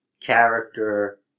character